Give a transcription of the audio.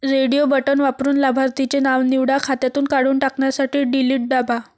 radio button वापरून लाभार्थीचे नाव निवडा, खात्यातून काढून टाकण्यासाठी डिलीट दाबा